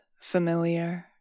familiar